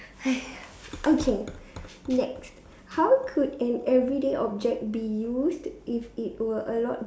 okay next how could an everyday object be used if it were a lot